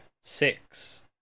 Six